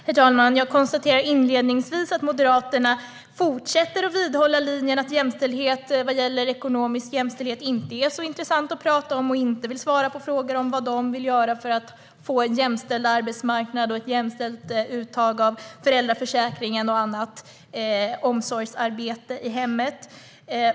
Herr talman! Jag konstaterar inledningsvis att Moderaterna fortsätter att vidhålla linjen att ekonomisk jämställdhet inte är så intressant att prata om och inte vill svara på frågor om vad de vill göra för att få en jämställd arbetsmarknad, ett jämställt uttag av föräldraförsäkringen och bättre jämställdhet när det gäller annat omsorgsarbete i hemmet.